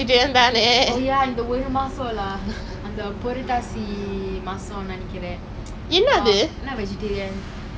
no lah I mean like honestly okay this thing about it right I think indian cuisine is one of the best food out there